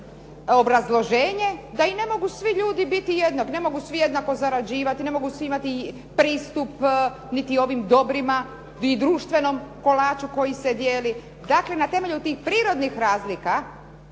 obrazloženje da i ne mogu svi ljudi biti jednaki, ne mogu svi jednako zarađivati, ne mogu svi imati pristup niti ovima dobrima ni društvenom kolaču koji se dijeli. Dakle na temelju tih prirodnih razlika